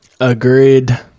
agreed